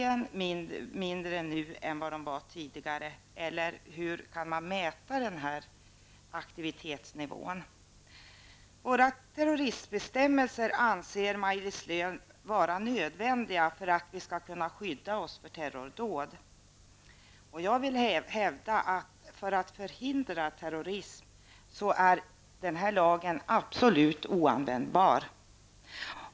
Våra terroristbestämmelser anser Maj-Lis Lööw vara nödvändiga för att vi skall kunna skydda oss mot terrordåd. Jag vill hävda att för att förhindra terrorism är den här lagen absolut oanvändbar.